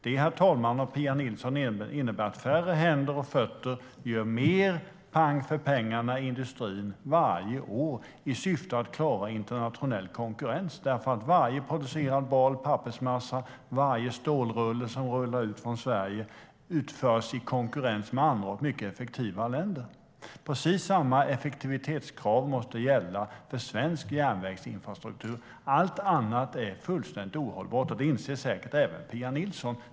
Det, herr talman och Pia Nilsson, innebär att färre händer och fötter gör mer pang för pengarna i industrin varje år i syfte att klara internationell konkurrens. Varje producerad bal pappersmassa och varje stålrulle som rullar ut från Sverige utförs i konkurrens med andra, och mycket effektivare, länder. Precis samma effektivitetskrav måste gälla för svensk järnvägsinfrastruktur. Allt annat är fullständigt ohållbart, och det inser säkert även Pia Nilsson.